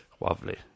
Lovely